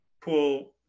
pool